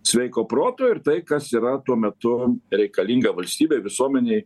sveiko proto ir tai kas yra tuo metu reikalinga valstybei visuomenei